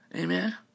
Amen